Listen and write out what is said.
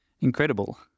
Incredible